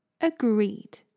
Agreed